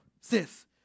sis